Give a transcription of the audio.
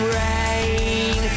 rain